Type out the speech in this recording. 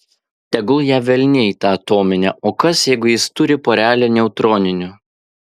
tegul ją velniai tą atominę o kas jeigu jis turi porelę neutroninių